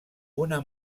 una